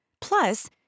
Plus